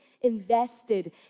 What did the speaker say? invested